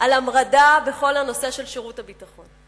על המרדה בכל הנושא של שירות הביטחון.